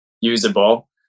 usable